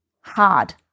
Hard